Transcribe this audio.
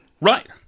Right